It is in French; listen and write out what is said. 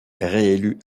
réélu